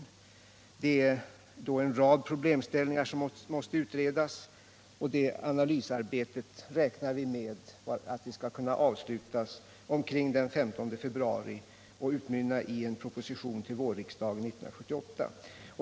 Det är då en rad problemställningar som måste utredas, och det analysarbetet räknar vi med skall kunna avslutas omkring den 15 februari och utmynna i en proposition till riksdagen våren 1978.